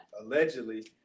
Allegedly